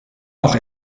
auch